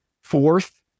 fourth